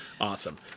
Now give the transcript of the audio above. Awesome